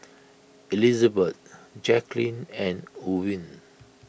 Elizabet Jacquelyn and Ewin